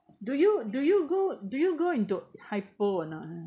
do you do you go do you go into hypo or not